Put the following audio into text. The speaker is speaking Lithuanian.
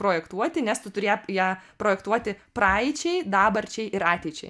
projektuoti nes tu turi ją p ją projektuoti praeičiai dabarčiai ir ateičiai